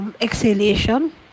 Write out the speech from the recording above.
exhalation